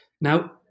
Now